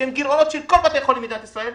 שהם גירעונות של כל בתי החולים במדינת ישראל,